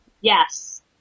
Yes